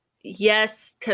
yes